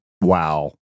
wow